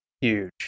Huge